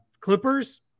Clippers